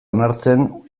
onartzen